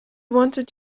wanted